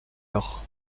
heures